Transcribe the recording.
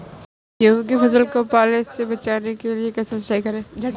गेहूँ की फसल को पाले से बचाने के लिए कैसे सिंचाई करें?